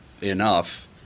enough